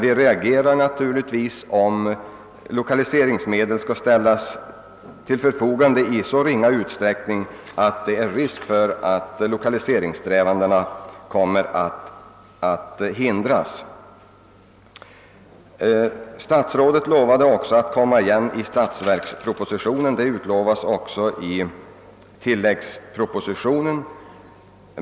Men vi reagerar naturligtvis om lokaliseringsmedel skulle ställas till förfogande i så ringa utsträckning, att risk föreligger för att lokaliseringssträvandena hindras. Statsrådet lovade också att komma igen i statsverkspropositionen och detta utlovas även i tilläggspropositionen.